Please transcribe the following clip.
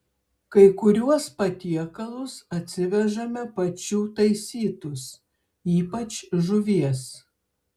kai kuriuos patiekalus atsivežame pačių taisytus ypač žuvies